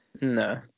No